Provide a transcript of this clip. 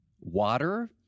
water